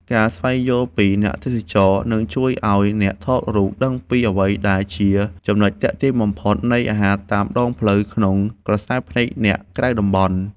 ការស្វែងយល់ពី អ្នកទេសចរ នឹងជួយឱ្យអ្នកថតរូបដឹងពីអ្វីដែលជាចំណុចទាក់ទាញបំផុតនៃអាហារតាមដងផ្លូវក្នុងក្រសែភ្នែកអ្នកក្រៅតំបន់។